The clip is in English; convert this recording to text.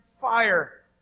fire